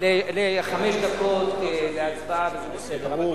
לחמש דקות להצבעה, וזה בסדר.